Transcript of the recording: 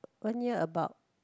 one year about